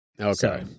Okay